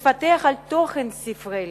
לפקח על תוכן ספרי הלימוד,